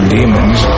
Demons